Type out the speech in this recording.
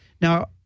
Now